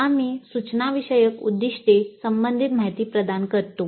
आम्ही सूचनाविषयक उद्दिष्टे संबंधित माहिती प्रदान करतो